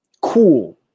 cool